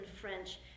French